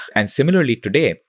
and similarly today,